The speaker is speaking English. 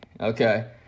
okay